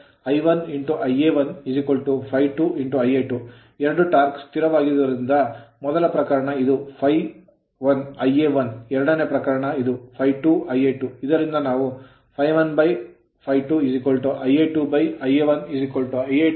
ಆದ್ದರಿಂದ T1 T2 ಅಂದರೆ ∅1 Ia1 ∅2Ia2 ಎರಡೂ torque ಟಾರ್ಕ್ ಸ್ಥಿರವಾಗಿರುವುದರಿಂದ ಮೊದಲ ಪ್ರಕರಣ ಇದು ∅1Ia1 ಎರಡನೇ ಪ್ರಕರಣವಾಗಿದೆ ಇದು ∅2Ia2 ಇದರಿಂದ ನಾವು ∅1∅2 Ia2 Ia1 Ia2 30 ಏಕೆಂದರೆ Ia1 30 Ampere ಆಂಪಿಯರ್